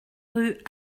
rue